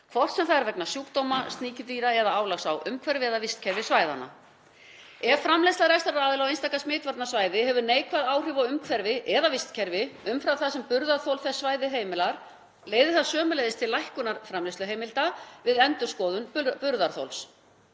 hvort sem það er vegna sjúkdóma, sníkjudýra eða álags á umhverfi eða vistkerfi svæðanna. Ef framleiðsla rekstraraðila á einstaka smitvarnasvæði hefur neikvæð áhrif á umhverfi eða vistkerfi umfram það sem burðarþol þess svæðis heimilar leiðir það sömuleiðis til lækkunar framleiðsluheimilda við endurskoðun burðarþols.